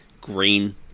green